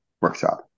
workshop